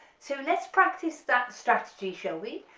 so let's practice that strategy shall we.